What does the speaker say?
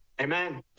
Amen